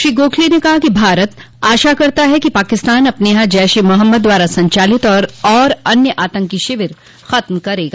श्री गोखले ने कहा कि भारत आशा करता है कि पाकिस्तान अपने यहां जैश ए मोहम्मद द्वारा संचालित और अन्य आतंकी शिविर खत्म करेगा